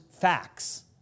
facts